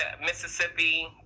Mississippi